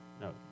No